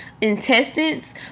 intestines